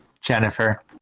Jennifer